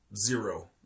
zero